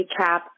recap